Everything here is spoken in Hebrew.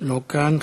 לא כאן.